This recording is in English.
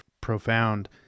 profound